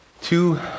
two